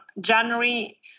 January